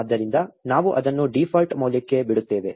ಆದ್ದರಿಂದ ನಾವು ಅದನ್ನು ಡೀಫಾಲ್ಟ್ ಮೌಲ್ಯಕ್ಕೆ ಬಿಡುತ್ತೇವೆ